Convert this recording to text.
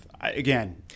again